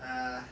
uh